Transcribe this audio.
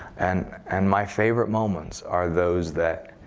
and and my favorite moments are those that